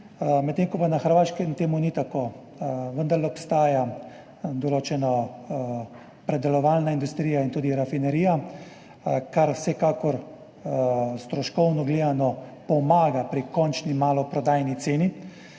medtem ko na Hrvaškem ni tako, vendarle obstaja določena predelovalna industrija in tudi rafinerija, kar vsekakor stroškovno gledano pomaga pri končni maloprodajni ceni.